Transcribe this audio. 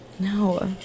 No